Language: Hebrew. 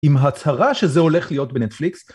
עם הצהרה שזה הולך להיות בנטפליקס